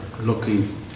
looking